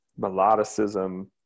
melodicism